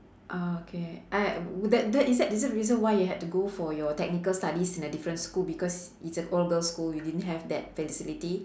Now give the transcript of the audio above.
ah okay I wou~ that is that is that the reason why you had to go for your technical studies in a different school because it's an all girls' school you didn't have that facility